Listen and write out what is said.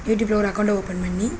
யூடியூபில் ஒரு அக்கவுண்டை ஓப்பன் பண்ணி